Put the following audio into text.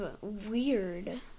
weird